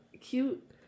cute